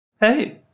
Hey